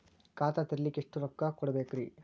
ಖಾತಾ ತೆರಿಲಿಕ ಎಷ್ಟು ರೊಕ್ಕಕೊಡ್ಬೇಕುರೀ?